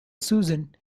susan